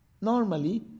Normally